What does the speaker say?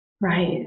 Right